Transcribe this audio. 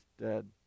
dead